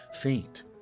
Faint